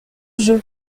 jeux